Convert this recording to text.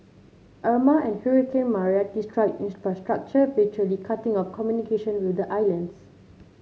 Irma and hurricane Maria destroyed infrastructure virtually cutting off communication with the islands